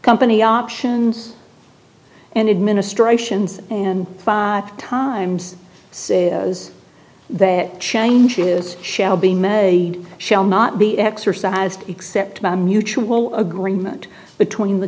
company options and administrations and times say as that change is shall be may shall not be exercised except by mutual agreement between the